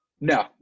No